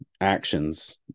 actions